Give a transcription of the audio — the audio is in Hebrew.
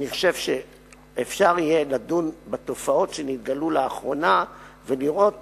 אני חושב שאפשר יהיה לדון בתופעות שנתגלו לאחרונה ולראות